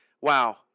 wow